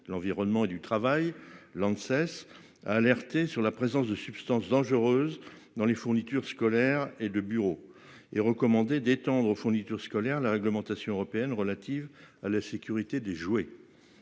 l'environnement et du travail. Lanxess a alerté sur la présence de substances dangereuses dans les fournitures scolaires et le bureau est recommandé d'étendre aux fournitures scolaires, la réglementation européenne relative à la sécurité des jouets.